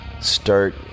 start